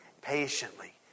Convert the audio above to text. patiently